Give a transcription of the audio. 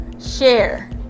share